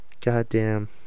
Goddamn